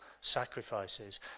sacrifices